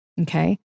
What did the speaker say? Okay